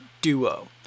duo